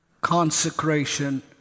consecration